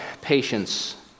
patience